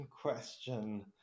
question